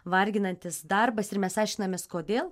varginantis darbas ir mes aiškinamės kodėl